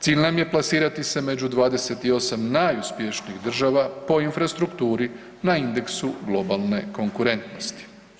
Cilj nam je plasirati se među 28 najuspješnijih država po infrastrukturi na indeksu globalne konkurentnosti.